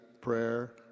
prayer